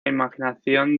imaginación